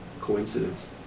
Coincidence